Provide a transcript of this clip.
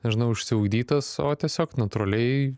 nežinau išsiugdytas o tiesiog natūraliai